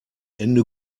ende